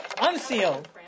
unsealed